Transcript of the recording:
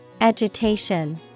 Agitation